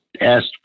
asked